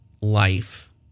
life